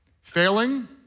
Failing